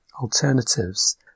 Alternatives